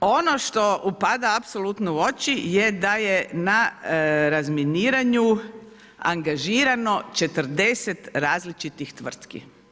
Ono što upada apsolutno u oči je da je na razminiranju angažirano 40 različitih tvrtki.